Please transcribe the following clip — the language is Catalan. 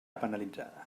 penalitzada